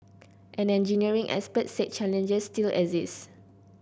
an engineering expert said challenges still exist